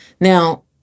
Now